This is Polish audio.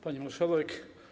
Pani Marszałek!